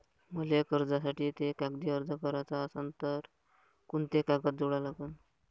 मले कर्जासाठी थे कागदी अर्ज कराचा असन तर कुंते कागद जोडा लागन?